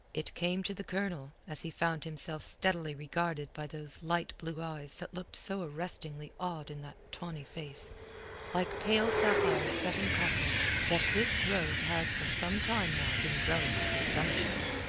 it came to the colonel, as he found himself steadily regarded by those light-blue eyes that looked so arrestingly odd in that tawny face like pale sapphires set in copper that this rogue had for some time now been growing presumptuous.